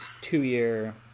two-year